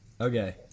Okay